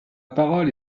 parole